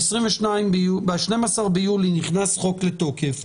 שב-12 ביולי נכנס החוק לתוקף,